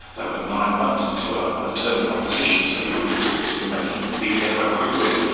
they were nine months into a ah term in opposition, so you wouldn't expect to be making big headway quickly,